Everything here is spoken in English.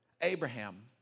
Abraham